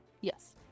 Yes